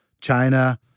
China